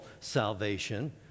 salvation